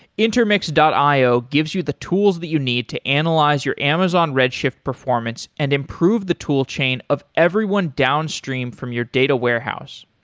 intermix io gives you the tools that you need to analyze your amazon redshift performance and improve the toolchain of everyone downstream from your data warehouse.